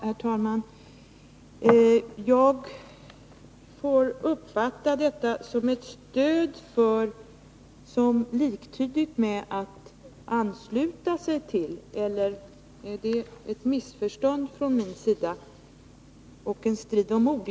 Herr talman! Får jag uppfatta uttrycket ”som ett stöd för” som liktydigt med ”att ansluta sig till”, eller innebär detta ett missförstånd från min sida och en strid om ord?